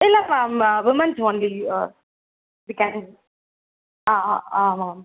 இல்லை ma'am women's only ஆ ஆ ஆமாம் மேம்